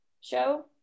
show